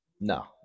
No